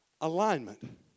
alignment